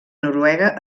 noruega